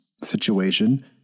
situation